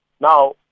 Now